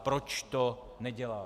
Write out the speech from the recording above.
Proč to neděláte?